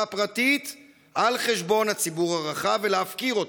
הפרטית על חשבון הציבור הרחב ולהפקיר אותו.